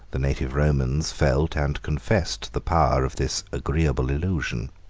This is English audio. the native romans felt and confessed the power of this agreeable illusion.